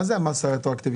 מה זה המס הרטרואקטיבי?